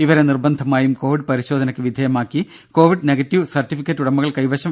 ഇവരെ നിർബന്ധമായും കോവിഡ് പരിശോധനക്ക് വിധേയമാക്കി കോവിഡ് നെഗറ്റീവ് സർട്ടിഫിക്കറ്റ് ഉടമകൾ കൈവശം വെയ്ക്കണം